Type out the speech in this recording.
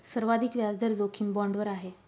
सर्वाधिक व्याजदर जोखीम बाँडवर आहे